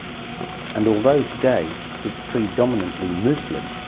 and although today it's predominantly muslim,